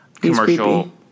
commercial